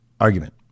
argument